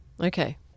Okay